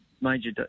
major